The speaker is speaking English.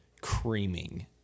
creaming